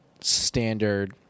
standard